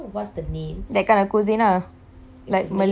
that kind of cuisine ah like malay cuisine